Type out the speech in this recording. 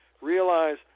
Realize